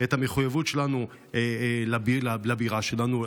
את המחויבות שלנו לבירה שלנו,